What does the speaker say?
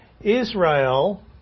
Israel